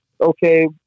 okay